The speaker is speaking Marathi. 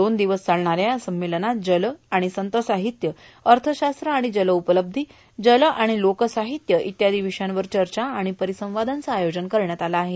दोन दिवस चालणाऱ्या या संमेलनात जल आणि संतसाहित्य अर्थशास्त्र आणि जलउपलब्धी जल आणि लोकसाहित्य इत्यादी विषयांवर चर्चा आणि परिसंवादाचं आयोजन करण्यात आलं आहे